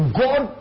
god